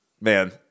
man